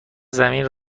زمین